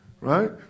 Right